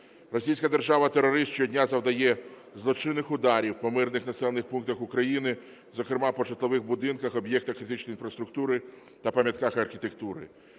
Російська держава-терорист щодня завдає злочинних ударів по мирних населених пунктах України, зокрема по житлових будинках, об'єктах критичної інфраструктури та пам'ятках архітектури.